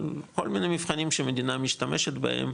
כל מיני מבחנים שמדינה משתמשת בהם,